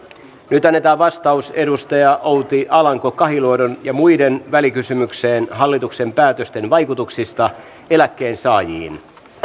nyt annetaan vastaus outi alanko kahiluodon ynnä muuta välikysymykseen hallituksen päätösten vaikutuksista eläkkeensaajiin